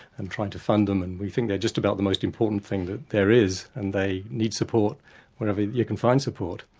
and trying to fund them, and we think they're just about the most important thing that there is, and they need support wherever you can find support.